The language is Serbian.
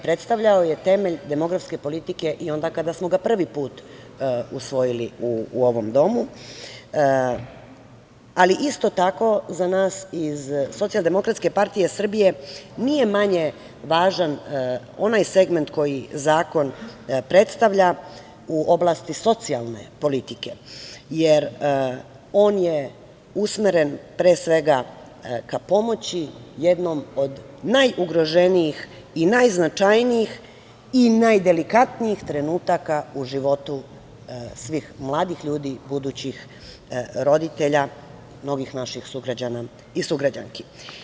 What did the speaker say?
Predstavljao je temelj demografske politike i onda kada smo ga prvi put usvojili u ovom domu, ali isto tako za nas iz Socijaldemokratske partije Srbije nije manje važan onaj segment koji zakon predstavlja u oblasti socijalne politike, jer on je usmeren, pre svega, ka pomoći jednom od najugroženijih i najznačajnijih i najdelikatnijih trenutaka u životu svih mladih ljudi, budućih roditelja, novih naših sugrađana i sugrađanki.